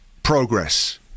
progress